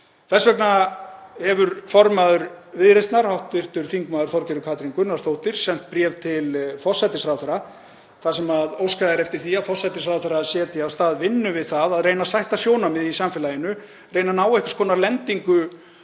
Þess vegna hefur formaður Viðreisnar, hv. þm. Þorgerður Katrín Gunnarsdóttir, sent bréf til forsætisráðherra þar sem óskað er eftir því að forsætisráðherra setji af stað vinnu við það að reyna að sætta sjónarmið í samfélaginu, reyna að ná einhvers konar lendingu